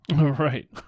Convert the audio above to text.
Right